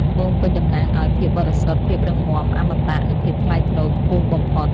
ត្បូងពេជ្រតំណាងឱ្យ ភាពបរិសុទ្ធ ភាពរឹងមាំ អមតៈ និងភាពថ្លៃថ្នូរខ្ពស់បំផុត។